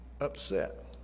upset